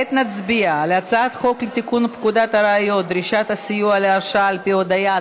כעת נצביע על הצעת לתיקון חוק הראיות (דרישת הסיוע להרשעה על פי הודיה),